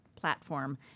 platform